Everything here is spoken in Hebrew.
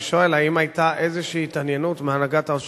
אני שואל: האם היתה איזו התעניינות מהנהגת הרשות